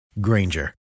Granger